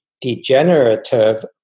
degenerative